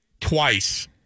twice